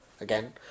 again